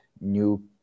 new